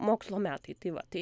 mokslo metai tai va tai